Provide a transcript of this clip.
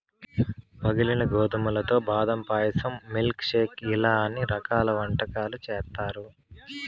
పగిలిన గోధుమలతో బాదం పాయసం, మిల్క్ షేక్ ఇలా అన్ని రకాల వంటకాలు చేత్తారు